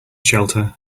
shelter